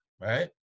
right